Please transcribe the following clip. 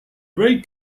ray